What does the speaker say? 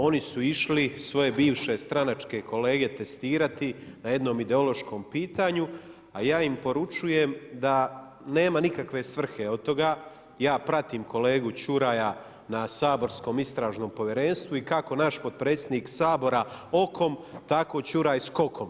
Oni su išli svoje bivše stranačke kolege testirati na jednom ideološkom pitanju a ja im poručujem da nema nikakve svrhe od toga, ja pratim kolegu Čuraja na saborskom Istražnom povjerenstvu i kako naš potpredsjednik Sabora okom, tako Čuraj skokom.